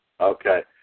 Okay